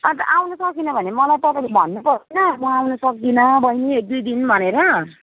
अन्त आउनु सकिन भने मलाई तपाईँले भन्न पर्दैन म आउनु सक्दिनँ बैनी एक दुई दिन भनेर